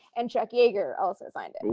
and chuck yeager also signed i mean